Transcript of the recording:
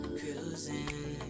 cruising